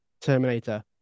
Terminator